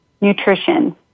Nutrition